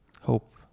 Hope